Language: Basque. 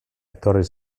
etorri